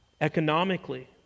Economically